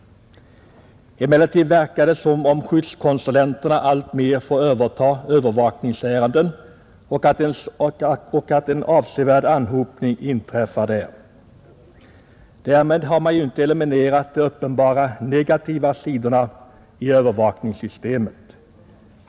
Emellertid verkar det som om skyddskonsulenterna alltmer har fått överta övervakningsärenden och att en avsevärd anhopning där har skett. Därmed har man ju inte eliminerat de uppenbara negativa sidorna i övervakningssystemet.